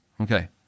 Okay